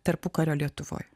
tarpukario lietuvoj